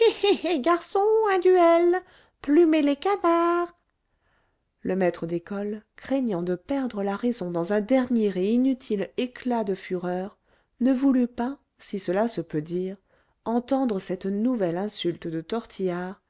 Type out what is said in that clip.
garçon un duel plumez les canards le maître d'école craignant de perdre la raison dans un dernier et inutile éclat de fureur ne voulut pas si cela se peut dire entendre cette nouvelle insulte de tortillard